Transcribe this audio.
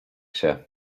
się